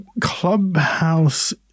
Clubhouse